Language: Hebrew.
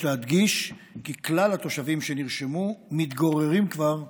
יש להדגיש כי כלל התושבים שנרשמו מתגוררים כבר באזור.